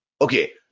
Okay